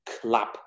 club